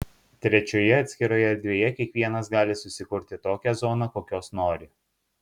trečioje atskiroje erdvėje kiekvienas gali susikurti tokią zoną kokios nori